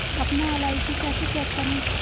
अपना एल.आई.सी कैसे चेक करें?